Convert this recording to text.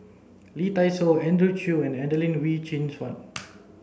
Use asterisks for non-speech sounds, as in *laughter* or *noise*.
Lee Dai Soh Andrew Chew and Adelene Wee Chin Suan *noise*